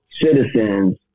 citizens